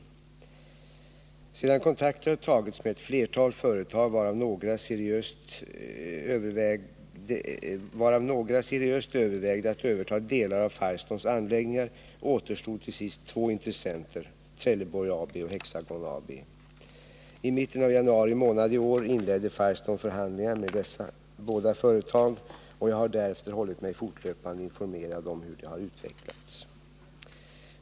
10 mars 1980 Sedan kontakter hade tagits med ett flertal företag, varav några seriöst. övervägde att överta delar av Firestones anläggningar, återstod till sist två Om sysselsättningintressenter, Trelleborg AB och Hexagon AB. en vid Firestones I mitten av januari månad i år inledde Firestone förhandlingar med dessa — fabriker i Borås båda företag, och jag har därefter hållit mig fortlöpande informerad om hur — och Viskafors de har utvecklats.